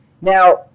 Now